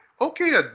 Okay